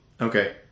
Okay